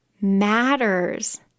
matters